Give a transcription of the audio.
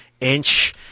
inch